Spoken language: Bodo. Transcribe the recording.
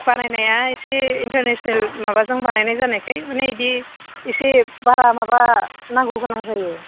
बानायनाया एसे इन्टारनेसनेल माबाजों बानायनाय जानायखाय माने बिदि इसे बारा माबा नांगौ गोनां जायो